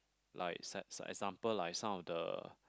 like sets example like some of the